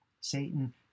Satan